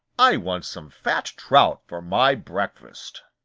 i want some fat trout for my breakfast.